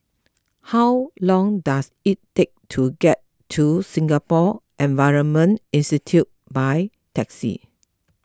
how long does it take to get to Singapore Environment Institute by taxi